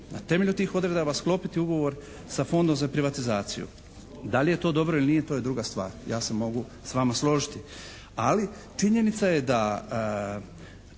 na temelju tih odredaba sklopiti ugovor sa Fondom za privatizaciju. Da li je to dobro ili nije, to je druga stvar. Ja se mogu s vama složiti. Ali, činjenica je da